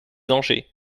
dangers